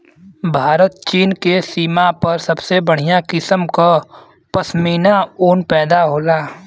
भारत चीन के सीमा पर सबसे बढ़िया किसम क पश्मीना ऊन पैदा होला